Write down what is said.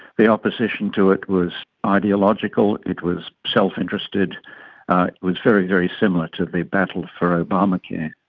the opposition to it was ideological, it was self-interested, it was very, very similar to the battle for obamacare.